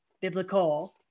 biblical